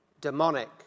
demonic